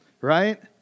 Right